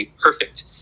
perfect